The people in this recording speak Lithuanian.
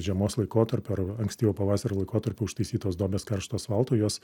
žiemos laikotarpio ar ankstyvo pavasario laikotarpiu užtaisytos duobės karštu asfaltu jos